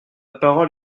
parole